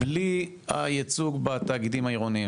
בלי הייצוג בתאגידים העירוניים,